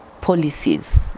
policies